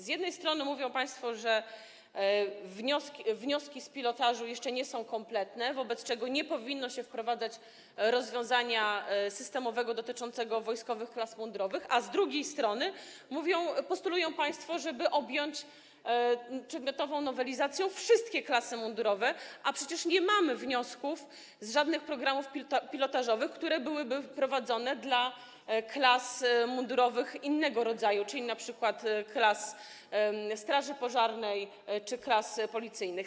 Z jednej strony mówią państwo, że wnioski z pilotażu jeszcze nie są kompletne, wobec czego nie powinno się wprowadzać rozwiązania systemowego dotyczącego wojskowych klas mundurowych, a z drugiej strony postulują państwo, żeby objąć przedmiotową nowelizacją wszystkie klasy mundurowe, a przecież nie mamy wniosków z żadnych programów pilotażowych, które byłyby prowadzone w odniesieniu do klas mundurowych innego rodzaju, czyli np. klas straży pożarnej czy klas policyjnych.